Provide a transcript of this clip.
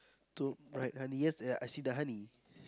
two right honey yes ya I see the honey